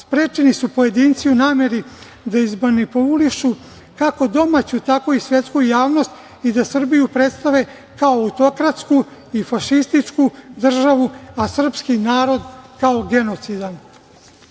sprečeni su pojedinci u nameri da izmanipulišu kako domaću, tako i svetsku javnost i da Srbiju predstave kao autokratsku i fašističku državu, a srpski narod kao genocidan.